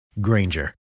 Granger